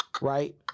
Right